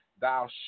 thou